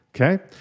Okay